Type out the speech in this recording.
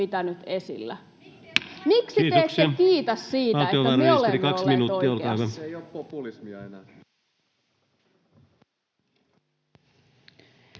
Kiitos.